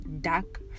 dark